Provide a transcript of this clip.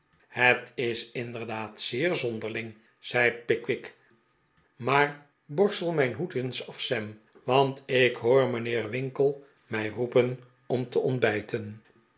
het is inderdaad zeer zonderling zei pickwick maar borstel mijn hoed eens af sam want ik hoor mijnheer winkle mij roepen om te ontbijten